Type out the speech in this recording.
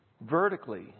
vertically